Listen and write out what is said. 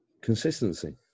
consistency